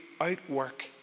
outwork